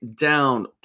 down